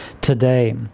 today